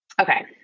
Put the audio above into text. okay